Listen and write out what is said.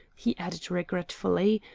he added regretfully,